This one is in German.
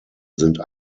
sind